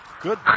Good